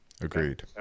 Agreed